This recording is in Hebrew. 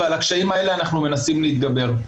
ועל הקשיים האלה אנחנו מנסים להתגבר.